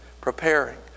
preparing